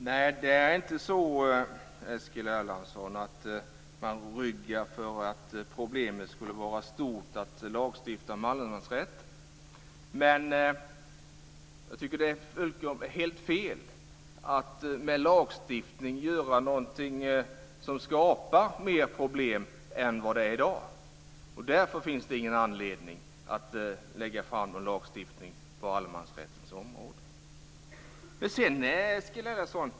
Fru talman! Nej, Eskil Erlandsson, man ryggar inte för att lagstifta om allemansrätt därför att problemet skulle vara stort. Men jag tycker att det är helt fel att med lagstiftning göra någonting som skapar mer problem än det är i dag. Därför finns det ingen anledning att lägga fram förslag om en lagstiftning på allemansrättens område.